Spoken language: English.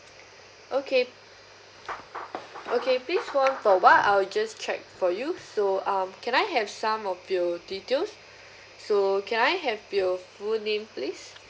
okay okay please hold on for a while I'll just check for you so uh can I have some of your details so can I have you full name please